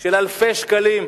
של אלפי שקלים,